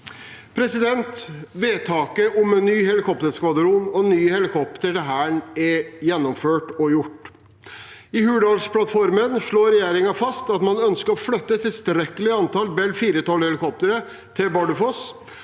i 2017. Vedtaket om en ny helikopterskvadron og nye helikoptre til Hæren er gjennomført og gjort. I Hurdalsplattformen slår regjeringen fast at man ønsker å flytte et tilstrekkelig antall Bell 412-helikoptre til Bardufoss